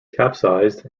capsized